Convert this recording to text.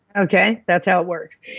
okay? that's how it works.